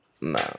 No